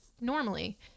normally